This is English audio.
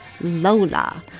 Lola